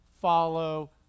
follow